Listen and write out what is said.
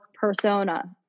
persona